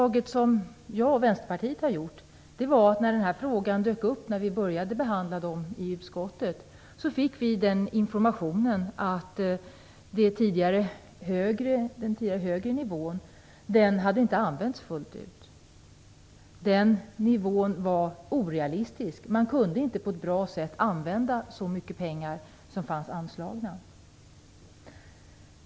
När den här frågan kom upp till behandling i utskottet fick vi den informationen att den tidigare högre nivån inte hade utnyttjats fullt ut. Den nivån var orealistisk. Man kunde inte på ett bra sätt använda så mycket pengar som fanns anslagna.